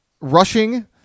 rushing